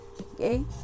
Okay